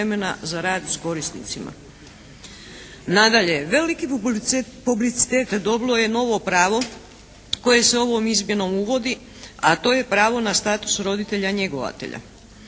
Nadalje, veliki publicitet dobilo je novo pravo koje se ovom izmjenom uvodi a to je pravo na status roditelja njegovatelja.